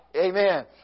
Amen